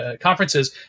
conferences